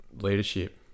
leadership